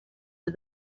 did